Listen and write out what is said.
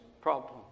problem